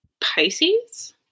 Pisces